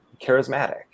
charismatic